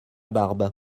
barbe